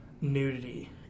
nudity